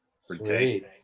Sweet